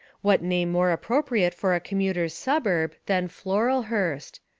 what name more appropriate for a commuter's suburb than floralhurst?